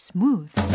Smooth